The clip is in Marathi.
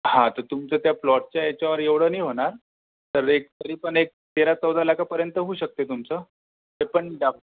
हा तर तुमचं त्या प्लॉटच्या याच्यावर एवढं नाही होणार तर एक तरी पण एक तेरा चौदा लाखापर्यंत होऊ शकते तुमचं तरी पण दा